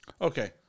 Okay